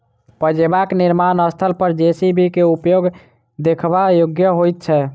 पजेबाक निर्माण स्थल पर जे.सी.बी के उपयोग देखबा योग्य होइत छै